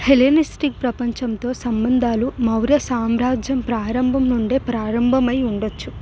Hellenistic ప్రపంచంతో సంబంధాలు మౌర్య సామ్రాజ్యం ప్రారంభం నుండే ప్రారంభమై ఉండొచ్చు